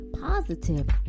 positive